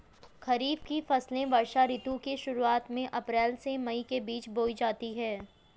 खरीफ की फसलें वर्षा ऋतु की शुरुआत में अप्रैल से मई के बीच बोई जाती हैं